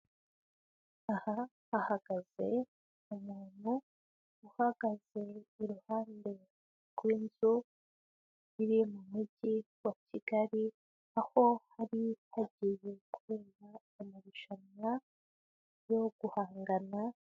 Aha ahagaze umuntu uhagaze iruhande rw'inzu iri mu mugi wa Kigali, aho hari hagiye kubera amarushanwa yo guhangana,..